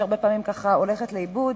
שהרבה פעמים הולכת לאיבוד.